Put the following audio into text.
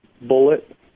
bullet